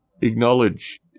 acknowledge